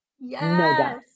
yes